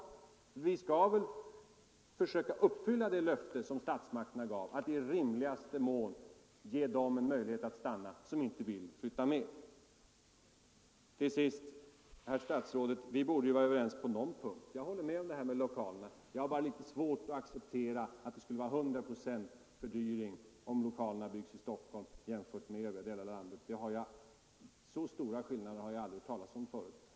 Vi skall försöka uppfylla det löfte som statsmakterna gav att i rimligaste mån ge dem möjlighet att stanna som inte vill flytta med. Till sist, herr statsråd: Vi borde vara överens på någon punkt. Jag håller med statsrådet i fråga om lokalerna. Jag har bara litet svårt att acceptera att det skulle bli 100 procents fördyring om lokalerna byggs i Stockholm jämfört med övriga delar av landet. Så stora skillnader har jag aldrig hört talas om förut.